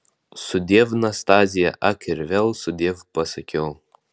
sudiev nastazija ak ir vėl sudiev pasakiau